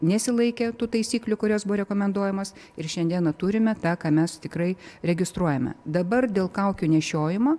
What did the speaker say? nesilaikė tų taisyklių kurios buvo rekomenduojamos ir šiandieną turime tą ką mes tikrai registruojame dabar dėl kaukių nešiojimo